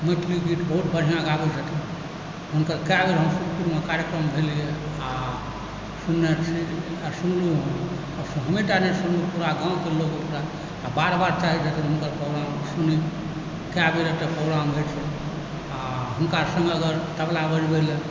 मैथिली गीत बहुत बढ़िआँ गाबै छथिन हुनकर कएक बेर हम सुखपुरमे कार्यक्रम भेलैए आओर सुनने छी आओर सुनलहुँ हमही टा नहि सुनलहुँ पूरा गामक लोक हुनका बेरि बेरि चाहै छथिन हुनकर प्रोग्राम सुनी कए बेर एतऽ प्रोग्राम भेल छै आओर हुनका सङ्ग अगर तबला बजेबाक लेल